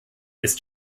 ist